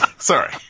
Sorry